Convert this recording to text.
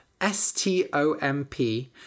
S-T-O-M-P